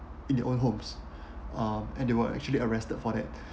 in their own homes um and they were actually arrested for that